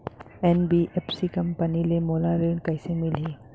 NBFC company ले मोला ऋण कइसे मिलही?